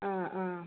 ആ ആ